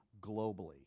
globally